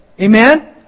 Amen